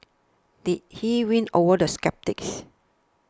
did he win over the sceptics